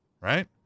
right